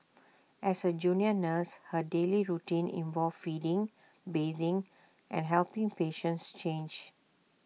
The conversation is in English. as A junior nurse her daily routine involved feeding bathing and helping patients change